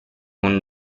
con